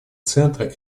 центра